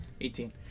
18